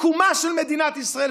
מקומה של מדינת ישראל,